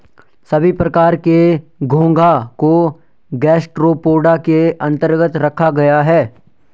सभी प्रकार के घोंघा को गैस्ट्रोपोडा के अन्तर्गत रखा गया है